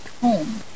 home